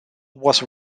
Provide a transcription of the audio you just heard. was